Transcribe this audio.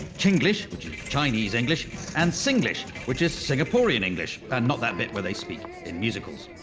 chinglish which is chinese english and singlish which is singaporean english and not that bit where they speak in musicals.